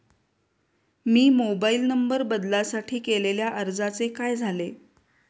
मी mobile number बदलासाठी केलेल्या अर्जाचे काय झाले?